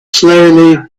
slowly